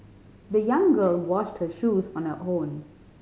the young girl washed her shoes on her own